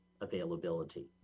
availability